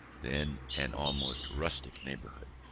then an almost rustic neighbourhood.